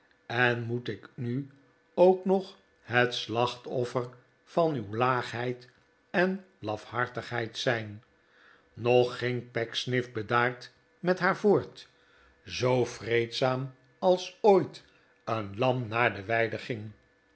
en moet ik nu ook nog het slachtoffer van uw laagheid en lafhartigheid zijn nog ging pecksniff bedaard met haar voort zoo vreedzaam als ooit een lam naar de